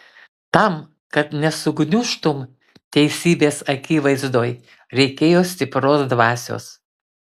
tam kad nesugniužtum teisybės akivaizdoj reikėjo stiprios dvasios